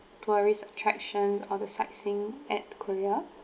tourist attraction or the sightseeing at korea